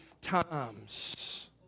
times